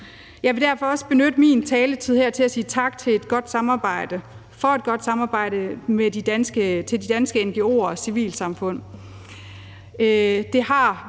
Jeg vil derfor også benytte min taletid her til at sige tak for et godt samarbejde til de danske ngo'er og civilsamfund.